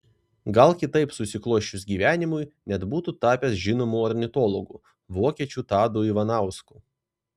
gal kitaip susiklosčius gyvenimui net būtų tapęs žinomu ornitologu vokiečių tadu ivanausku